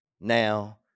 now